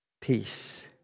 peace